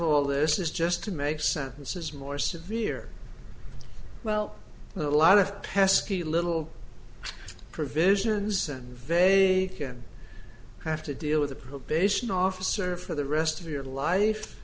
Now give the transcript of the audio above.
all this is just to make sentences more severe well a lot of pesky little provisions and very can have to deal with a probation officer for the rest of your life